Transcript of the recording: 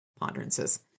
ponderances